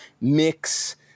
mix